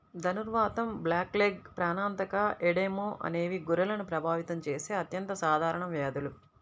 ధనుర్వాతం, బ్లాక్లెగ్, ప్రాణాంతక ఎడెమా అనేవి గొర్రెలను ప్రభావితం చేసే అత్యంత సాధారణ వ్యాధులు